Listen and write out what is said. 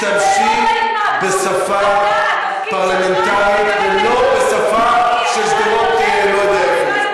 תשתמשי בשפה פרלמנטרית ולא בשפה של שדרות לא יודע איפה.